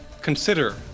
consider